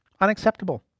unacceptable